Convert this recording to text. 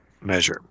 measure